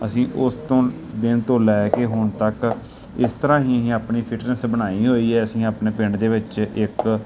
ਅਸੀਂ ਉਸ ਤੋਂ ਦਿਨ ਤੋਂ ਲੈ ਕੇ ਹੁਣ ਤੱਕ ਇਸ ਤਰ੍ਹਾਂ ਹੀ ਆਪਣੀ ਫਿਟਨੈਸ ਬਣਾਈ ਹੋਈ ਹੈ ਅਸੀਂ ਆਪਣੇ ਪਿੰਡ ਦੇ ਵਿੱਚ ਇੱਕ